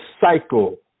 cycle